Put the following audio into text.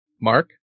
Mark